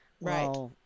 Right